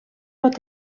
pot